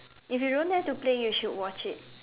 if you don't dare to play you should watch it